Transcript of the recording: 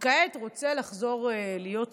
וכעת רוצה לחזור להיות שר.